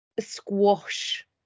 squash